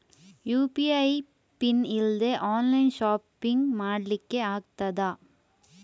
UPI PIN ಇಲ್ದೆ online shopping ಮಾಡ್ಲಿಕ್ಕೆ ಆಗ್ತದಾ?